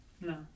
No